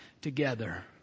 together